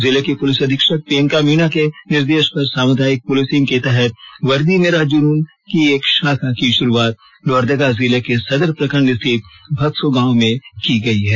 जिले की पुलिस अधीक्षक प्रियंका मीना के निर्देश पर सामुदायिक पुलिसिंग के तहत वर्दी मेरा जुनून की एक शाखा की शुरूआत लोहरदगा जिले के सदर प्रखंड स्थित भक्सो गाँव में की गई है